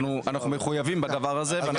אנחנו מחויבים בדבר הזה, ואנחנו עושים אותו.